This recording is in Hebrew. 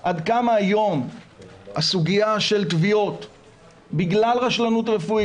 עד כמה היום הסוגיה של תביעות בגלל רשלנות רפואית,